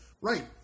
Right